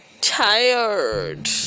tired